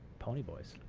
pony boys.